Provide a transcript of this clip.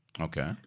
Okay